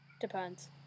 Depends